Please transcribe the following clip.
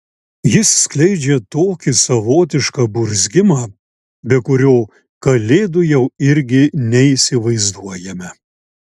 jis skleidžia tokį savotišką burzgimą be kurio kalėdų jau irgi neįsivaizduojame